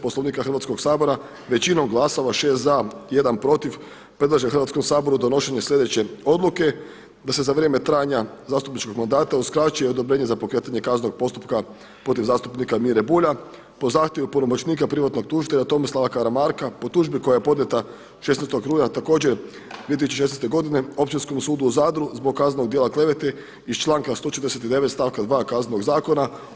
Poslovnika Hrvatskog sabora većinom glasova, 6 za i 1 protiv predlaže Hrvatskom saboru donošenje slijedeće odluke: Da se za vrijeme trajanja zastupničkog mandata uskraćuje odobrenje za pokretanje kaznenog postupka protiv zastupnika Mire Bulja po zahtjevu punomoćnika privatnog tužitelja Tomislava Karamarka po tužbi koja je podnijeta 16. rujna također 2016. godine Općinskom sudu u Zadru zbog kaznenog djela klevete iz članka 149. stavka 2. Kaznenog zakona.